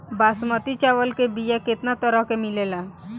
बासमती चावल के बीया केतना तरह के मिलेला?